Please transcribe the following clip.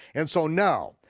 and so now,